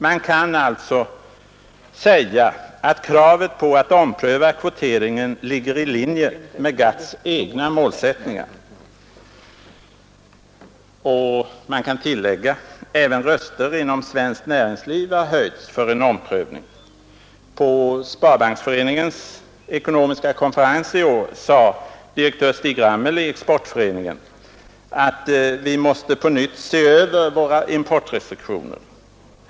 Man kan alltså säga att kravet på att ompröva kvoteringen ligger i linje med GATT:s egna målsättningar. Och man kan tillägga att även röster inom svenskt näringsliv höjts för en omprövning. På Sparbanksföreningens ekonomiska konferens i år sade direktör Stig Ramel i Exportföreningen att vi på nytt måste se över våra importrestriktioner.